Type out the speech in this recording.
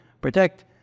protect